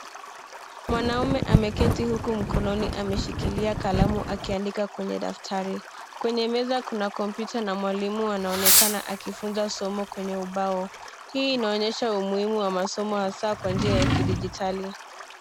Mwanaume ameketi huku mkononi ameshikilia kalamu akiandika kwenye daftari, kwenye meza kuna kompyuta na mwalimu anaonekana akifunza somo kwenye ubao, hii inaonyesha umuimu wa masomo hasaa kwenye njia ya kidigitali.